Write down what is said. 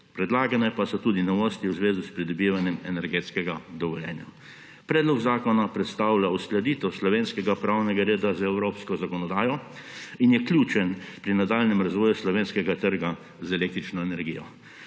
predlagane pa so tudi novosti v zvezi s pridobivanjem energetskega dovoljenja. Predlog zakona predstavlja uskladitev slovenskega pravnega reda z evropsko zakonodajo in je ključen pri nadaljnjem razvoju slovenskega trga z električno energijo,